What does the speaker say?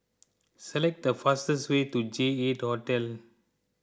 select the fastest way to J eight Hotel